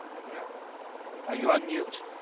peter, are you on mute?